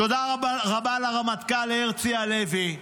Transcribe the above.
תודה רבה לרמטכ"ל הרצי הלוי,